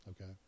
Okay